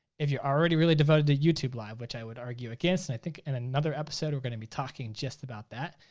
if you're already really devoted to youtube live, which i would argue against. and i think in another episode we're gonna be talking just about that,